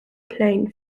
plane